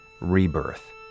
rebirth. ¶¶